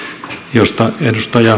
josta edustaja